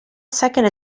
second